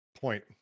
point